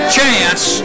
chance